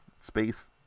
space